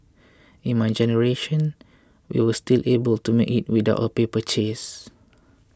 in my generation we were still able to make it without a paper chase